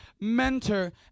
mentor